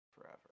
forever